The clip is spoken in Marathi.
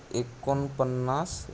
एकोणपन्नास